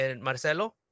Marcelo